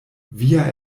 via